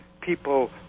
people